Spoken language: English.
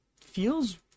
feels